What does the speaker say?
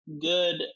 good